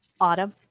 autumn